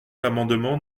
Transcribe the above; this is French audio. l’amendement